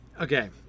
okay